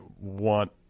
want